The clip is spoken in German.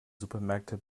supermärkte